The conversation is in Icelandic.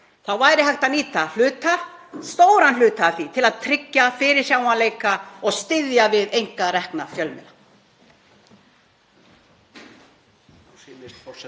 væri hægt að nýta stóran hluta af því til að tryggja fyrirsjáanleika og styðja við einkarekna fjölmiðla.